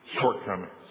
shortcomings